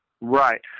Right